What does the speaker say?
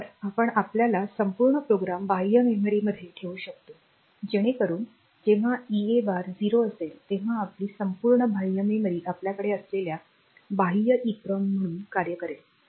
तर आपण आपला संपूर्ण प्रोग्राम बाह्य मेमरीमध्ये ठेवू शकतो जेणेकरून जेव्हा EA बार 0 असेल तेव्हा आपली संपूर्ण बाह्य मेमरी आपल्याकडे असलेल्या बाह्य EPROM म्हणून कार्य करेल